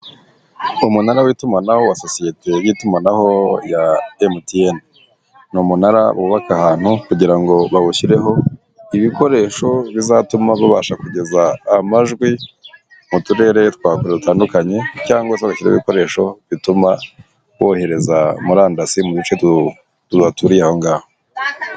Umunara w'itumanaho wa Sosiyete y' itumanaho ya MTN. Ni umunara bubaka ahantu kugira ngo bawushyireho ibikoresho bizatuma bababasha kugeza amajwi mu turere twa kure dutandukanye, cyangwa se bashyireho ibikoresho bituma bohereza murandasi mu duce tuhaturiye mu bice bituriye ahongaho.